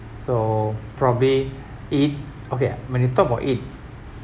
so probably eat okay when you talk about eat